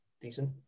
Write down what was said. Decent